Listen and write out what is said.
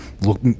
look